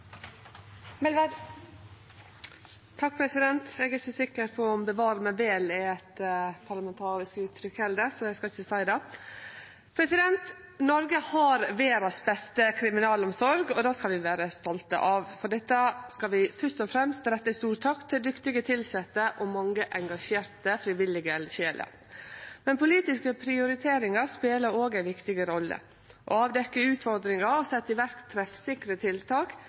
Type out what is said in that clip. dette. Takk for meg. Presidenten vil minne om at «jaggu» ikke er et parlamentarisk uttrykk. Eg er ikkje sikker på om «bevare meg vel» er eit parlamentarisk uttrykk heller, så eg skal ikkje seie det. Noreg har den beste kriminalomsorga i verda, og det skal vi vere stolte av. For dette skal vi fyrst og fremst rette ein stor takk til dyktige tilsette og mange engasjerte frivillige eldsjeler. Men politiske prioriteringar spelar òg ei viktig rolle. Å avdekkje utfordringar og